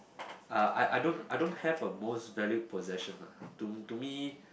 uh I don't I don't have a most valued possession lah to to me